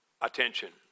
attention